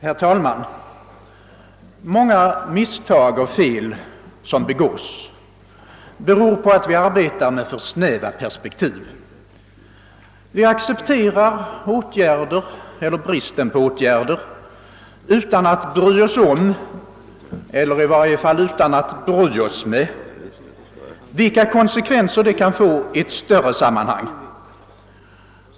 Herr talman! Många missag och fel som begås beror på att vi arbetar med för snäva perspektiv. Vi accepterar åtgärder — eller brist på åtgärder — utan att bry oss om, eller i varje fall utan att bry oss med, vilka konsekvenser de kan få i ett större sammanhang.